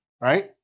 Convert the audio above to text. Right